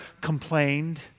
complained